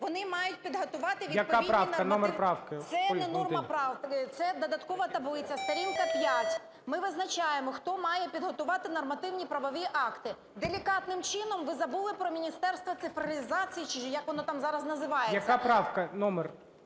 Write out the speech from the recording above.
хто має підготувати нормативно-правові акти. Делікатним чином ви забули про Міністерство цифровізації, чи як воно там зараз називається. ГОЛОВУЮЧИЙ. Яка правка? Номер?